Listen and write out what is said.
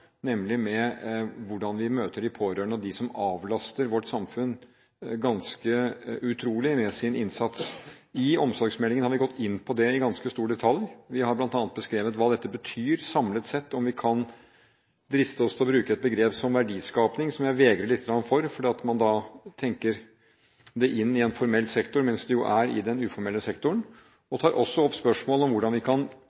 nemlig hvordan vi møter de pårørende og de som avlaster vårt samfunn på en utrolig måte ved sin innsats. I omsorgsmeldingen har vi gått inn på det i ganske stor detalj. Vi har bl.a. beskrevet hva dette betyr samlet sett – om vi kan driste oss til å bruke et begrep som «verdiskapning», noe jeg vegrer meg litt for, fordi man da tenker dette inn i en formell sektor, mens det jo er i den uformelle sektoren.